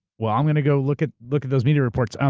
well, i'm gonna go look at look at those media reports. um